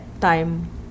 time